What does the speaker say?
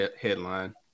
headline